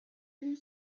une